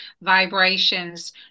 vibrations